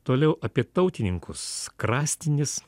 toliau apie tautininkus krastinis